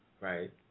Right